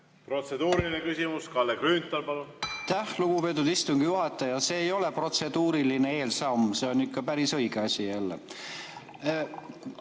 Protseduuriline küsimus, Kalle Grünthal, palun! Aitäh, lugupeetud istungi juhataja! See ei ole protseduuriline eelsamm, see on ikka päris õige asi.